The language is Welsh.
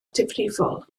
difrifol